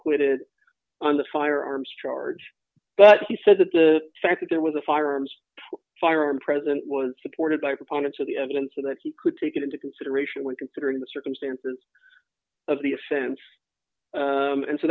acquitted on the firearms charge but he said that the fact that there was a firearms firearm present was supported by proponents of the evidence so that he could take it into consideration when considering the circumstances of the offense and so